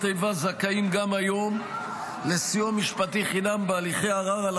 איבה זכאים גם היום לסיוע משפטי חינם בהליכי ערר על